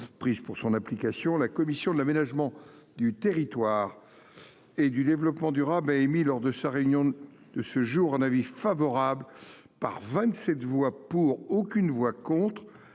prises pour son application, la commission de l'aménagement du territoire et du développement durable a émis, lors de sa réunion de ce jour, un avis favorable- 27 voix pour, aucune voix contre